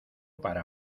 para